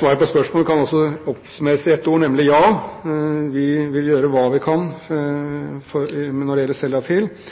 Svaret på spørsmålet kan oppsummeres i ett ord, nemlig: Ja. Vi vil gjøre hva vi kan når det gjelder